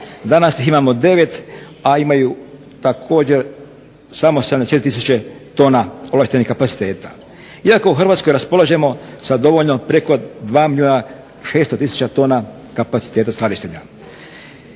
danas ih imamo 9, a imaju također samo 74 tisuće tone ovlaštenih kapaciteta. Iako u Hrvatskoj raspolažemo sa dovoljno, preko 2 milijuna 600 tisuća tona kapaciteta skladištenja